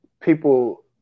people